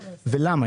ולמה.